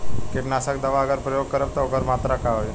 कीटनाशक दवा अगर प्रयोग करब त ओकर मात्रा का होई?